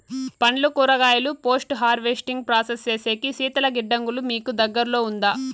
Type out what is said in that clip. పండ్లు కూరగాయలు post harvesting process సేసేకి శీతల గిడ్డంగులు మీకు దగ్గర్లో ఉందా?